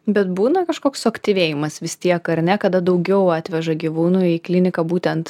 bet būna kažkoks suaktyvėjimas vis tiek ar ne kada daugiau atveža gyvūnų į kliniką būtent